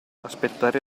aspettare